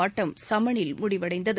ஆட்டம் சமனில் முடிவடைந்தது